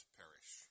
perish